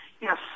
Yes